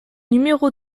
numéro